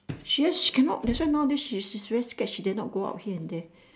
she cannot that's why nowadays she's damn scared she don't dare to go out here and there